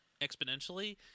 exponentially